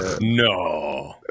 no